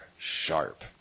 sharp